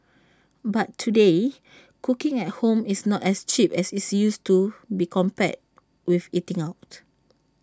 but today cooking at home is not as cheap as its used to be compared with eating out